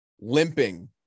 limping